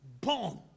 born